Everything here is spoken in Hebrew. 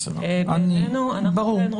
כתוב